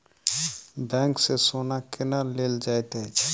bank सँ सोना केना लेल जाइत अछि